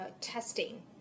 testing